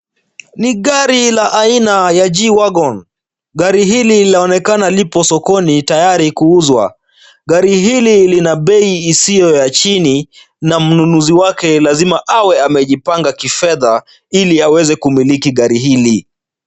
Ni gari la aina ya G-WAGON. Gari hili linaonekana lipo sokoni tayari kuuzwa. Gari hili lina bei isiyo ya chini na mnunuzi wake lazima awe amejipanga kifedha ili aweze kumiliki gari hili.